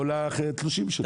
או לתלושים שלי.